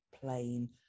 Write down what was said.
plain